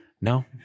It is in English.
No